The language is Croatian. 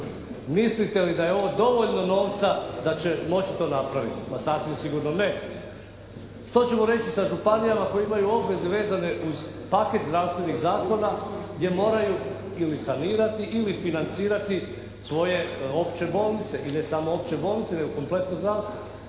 Mislite li da je ovo dovoljno novca da će to moći napraviti? Ma sasvim sigurno ne. Što ćemo reći sa županijama koje imaju obveze vezane uz paket zdravstvenih zakona gdje moraju ili sanirati ili financirati svoje opće bolnice i ne samo opće bolnice nego kompletno zdravstvo.